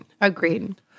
Agreed